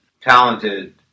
Talented